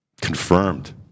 confirmed